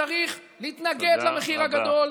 צריך להתנגד למחיר הגדול.